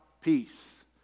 peace